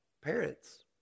Parents